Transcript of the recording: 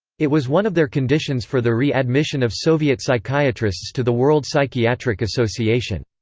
it was one of their conditions for the re-admission of soviet psychiatrists to the world psychiatric association.